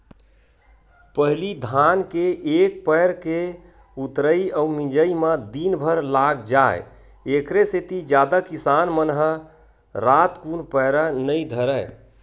पहिली धान के एक पैर के ऊतरई अउ मिजई म दिनभर लाग जाय ऐखरे सेती जादा किसान मन ह रातकुन पैरा नई धरय